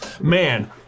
man